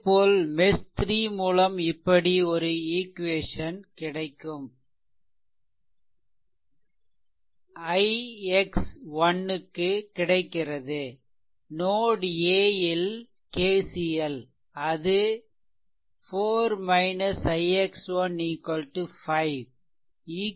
அதேபோல் மெஷ் 3 மூலம் இப்படி மற்றொரு ஈக்வேசன் ix ' க்கு கிடைக்கிறது நோட் A ல் KCL அது s 4 ix ' 5